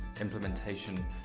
implementation